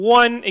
one